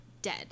dead